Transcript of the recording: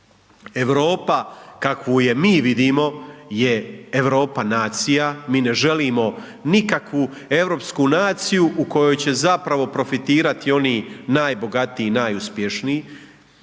Europa kakvu je mi vidimo je Europa nacija, mi ne želimo nikakvu europsku naciju u kojoj će zapravo profitirati oni najbogatiji, najuspješniji.